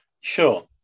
Sure